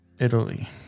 Italy